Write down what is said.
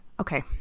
okay